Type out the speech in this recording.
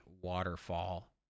waterfall